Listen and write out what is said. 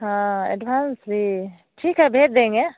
हाँ एडवांस भी ठीक है भेज देंगे